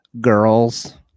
girls